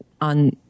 on